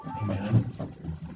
amen